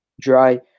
dry